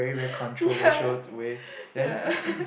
yeah yeah